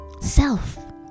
self